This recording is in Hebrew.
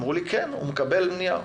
אמרו לי: כן, הוא מקבל מייד.